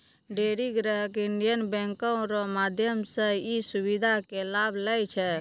ढेरी ग्राहक Indian bank रो माध्यम से ई सुविधा के लाभ लै छै